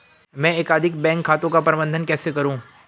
मैं एकाधिक बैंक खातों का प्रबंधन कैसे करूँ?